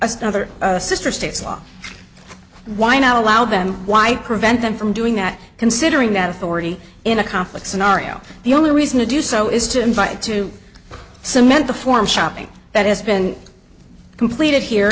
certain other sister states law why not allow them why prevent them from doing that considering that authority in a conflict scenario the only reason to do so is to invite to cement the form shopping that has been completed here